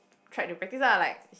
tried to practice lah like she